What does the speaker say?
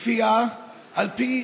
וכפייה על פי